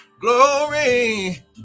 Glory